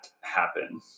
happen